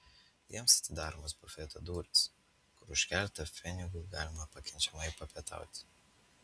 jiems atidaromos bufeto durys kur už keletą pfenigų galima pakenčiamai papietauti